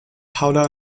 paula